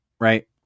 Right